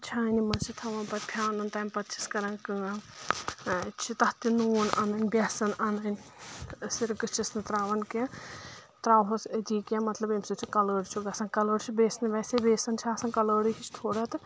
چھانہِ منٛز چھِ تھاوان پَتہٕ پھیانُن تیٚمہِ پَتہٕ چِھس کَران کٲم چھِ تَتھ تہِ نوٗن اَنٕنۍ بیٚسن اَنٕنۍ سِرکہٕ چِھس نہٕ ترٛاون کینٛہہ ترٛاوہوس أتی کینٛہہ مطلب ییٚمہِ سۭتۍ سہُ کَلٲڑ چھُ گژھان کَلٲڑ چھُ بیٚسنہٕ ویٚسے بیٚسن چھِ آسان کَلٲڑٕی ہِش تھُوڑا تہٕ